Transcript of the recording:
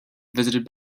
visited